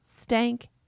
stank